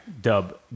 dub